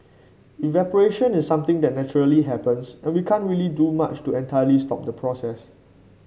evaporation is something that naturally happens and we can't really do much to entirely stop the process